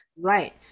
right